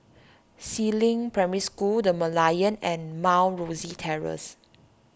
Si Ling Primary School the Merlion and Mount Rosie Terrace